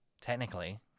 Technically